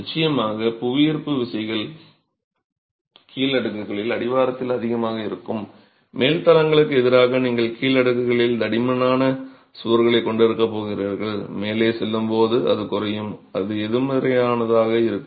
நிச்சயமாக புவியீர்ப்பு விசைகள் கீழ் அடுக்குகளில் அடிவாரத்தில் அதிகமாக இருக்கும் மேல் தளங்களுக்கு எதிராக நீங்கள் கீழ் அடுக்குகளில் தடிமனான சுவர்களைக் கொண்டிருக்கப் போகிறீர்கள் மேலே செல்லும்போது அது குறையும் இது எதிர்மறையானதாக இருக்கும்